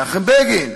מנחם בגין.